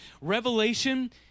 Revelation